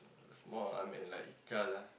small I mean like child ah